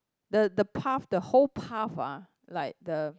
the the path the whole path ah like the